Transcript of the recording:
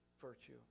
virtue